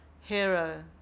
hero